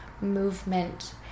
movement